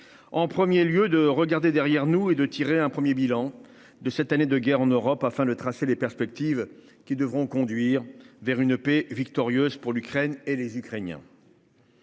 en 1er lieu de regarder derrière nous et de tirer un 1er bilan de cette année de guerre en Europe afin de tracer les perspectives qui devront conduire vers une paix victorieuse pour l'Ukraine et les Ukrainiens.